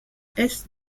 hesse